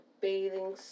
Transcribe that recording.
bathing